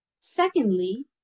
Secondly